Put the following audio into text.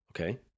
Okay